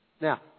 Now